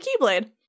Keyblade